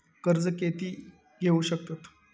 कर्ज कीती घेऊ शकतत?